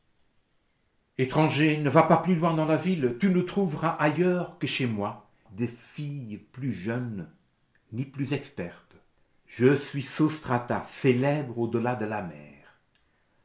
étranger ne va pas plus loin dans la ville tu ne trouveras ailleurs que chez moi des filles plus jeunes ni plus expertes je suis sôstrata célèbre au delà de la mer